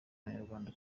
abanyarwanda